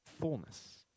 fullness